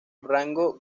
rango